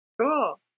cool